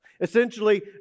essentially